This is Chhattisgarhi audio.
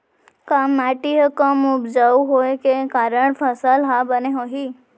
का माटी हा कम उपजाऊ होये के कारण फसल हा बने होही?